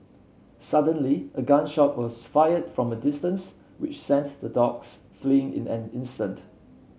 suddenly a gun shot was fired from a distance which sent the dogs fleeing in an instant